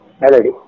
melody